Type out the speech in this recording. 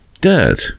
Dirt